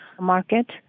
market